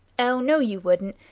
oh, no, you wouldn't!